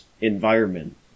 environment